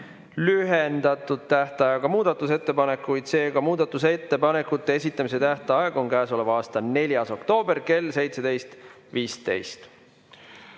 lühendatud tähtaeg muudatusettepanekute esitamiseks. Seega, muudatusettepanekute esitamise tähtaeg on käesoleva aasta 4. oktoober kell 17.15.